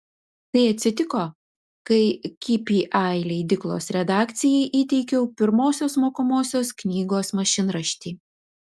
tai atsitiko kai kpi leidyklos redakcijai įteikiau pirmosios mokomosios knygos mašinraštį